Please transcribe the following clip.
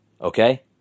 Okay